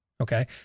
okay